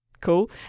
cool